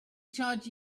charge